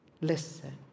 listen